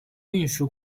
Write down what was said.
运输